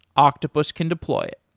octopus can deploy it.